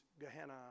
Gehenna